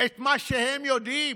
את מה שהם יודעים.